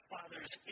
Father's